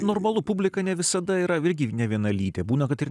normalu publika ne visada yra visgi nevienalytė būna kad ir